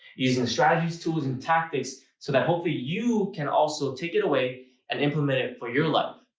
using the strategies, tools, and tactics, so that hopefully you can also take it away and implement it for your life.